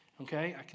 Okay